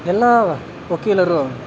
ಎಲ್ಲ ವಕೀಲರು